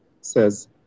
says